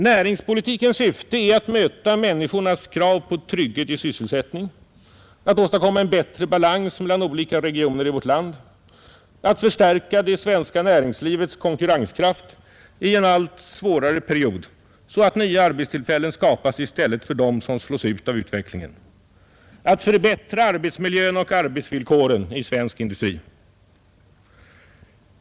Näringspolitikens syfte är att möta människornas krav på trygghet i sysselsättning, att åstadkomma en bättre balans mellan olika regioner i vårt land, att förstärka det svenska näringslivets konkurrenskraft i en allt svårare period, så att nya arbetstillfällen skapas i stället för dem som slås ut av utvecklingen, och att förbättra arbetsmilj och arbetsvillkoren inom svensk industri.